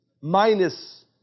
minus